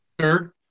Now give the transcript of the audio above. Sir